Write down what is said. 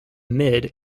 mid